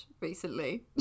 recently